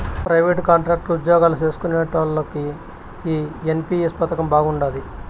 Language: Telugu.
ప్రైవేటు, కాంట్రాక్టు ఉజ్జోగాలు చేస్కునేటోల్లకి ఈ ఎన్.పి.ఎస్ పదకం బాగుండాది